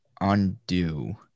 undo